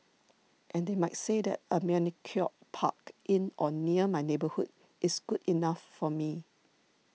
and they might say that a manicured park in or near my neighbourhood is good enough for me